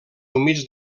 humits